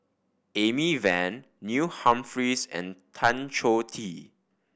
Amy Van Neil Humphreys and Tan Choh Tee